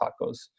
tacos